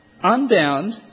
unbound